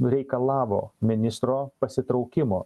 reikalavo ministro pasitraukimo